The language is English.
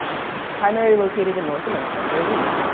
primarily located in north america, where we live,